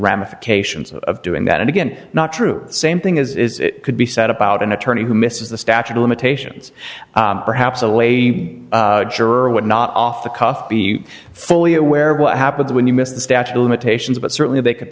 ramifications of doing that again not true the same thing is it could be said about an attorney who misses the statute of limitations perhaps a lay juror would not off the cuff be fully aware of what happens when you miss the statute of limitations but certainly they could